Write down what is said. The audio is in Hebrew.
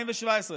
2017,